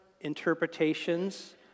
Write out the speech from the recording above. interpretations